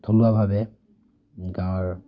থলুৱাভাৱে গাঁৱৰ